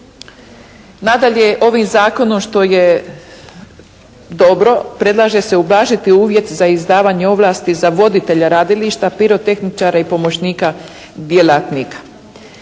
Nadalje, ovim zakonom što je dobro, predlaže se ublažiti uvjet za izdavanje ovlasti za voditelja radilišta, pirotehničara i pomoćnika djelatnik.